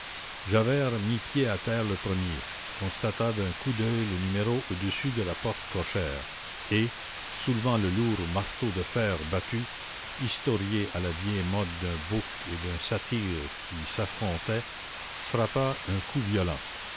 javert mit pied à terre le premier constata d'un coup d'oeil le numéro au-dessus de la porte cochère et soulevant le lourd marteau de fer battu historié à la vieille mode d'un bouc et d'un satyre qui s'affrontaient frappa un coup violent